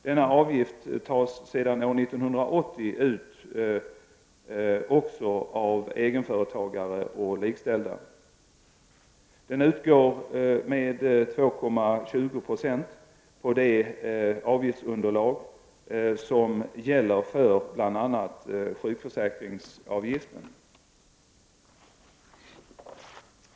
Denna avgift tas sedan år 1980 ut också av egenföretagare och likställda. Den utgår med 2,20 90 på det avgiftsunderlag som gäller för bl.a. sjukförsäkringsavgiften.